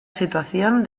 situación